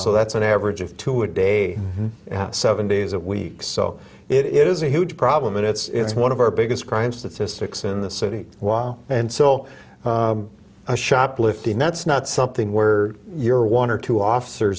so that's an average of two a day seven days a week so it is a huge problem and it's one of our biggest crime statistics in the city while and so shoplifting that's not something where you're one or two officer